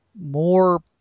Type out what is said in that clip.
more